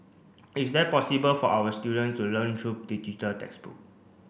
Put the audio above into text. is there possible for our students to learn through digital textbook